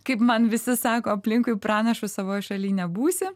kaip man visi sako aplinkui pranašu savoj šalyj nebūsi